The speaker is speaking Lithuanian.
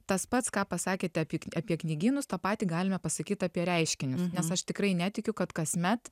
tas pats ką pasakėte apie knygynus tą patį galime pasakyt apie reiškinius nes aš tikrai netikiu kad kasmet